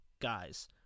guys